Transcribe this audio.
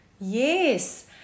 yes